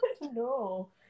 no